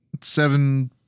seven